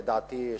לדעתי,